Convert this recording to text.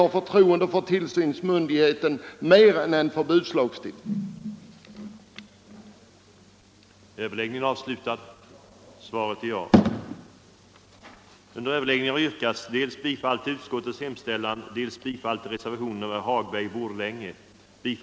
Vårt förtroende för tillsynsmyndigheten är större än vår tilltro till en förbudslagstiftning med dispens.